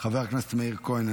חבר הכנסת מאיר כהן,